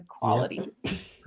qualities